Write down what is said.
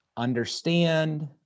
Understand